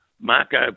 Marco